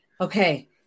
Okay